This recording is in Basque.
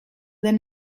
den